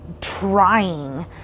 trying